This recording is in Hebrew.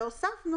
והוספנו